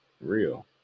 real